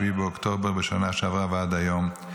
7 באוקטובר בשנה שעברה ועד היום.